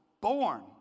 born